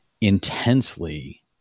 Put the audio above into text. intensely